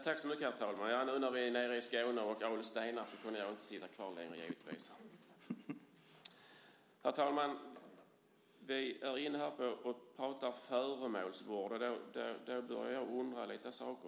Herr talman! Ja, nu när vi är nere i Skåne och Ale stenar kunde jag givetvis inte låta bli att gå upp i debatten. Herr talman! Vi pratar om föremålsvård, vilket får mig att undra några saker.